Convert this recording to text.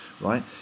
right